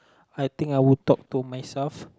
I think I would talk to myself